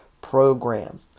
program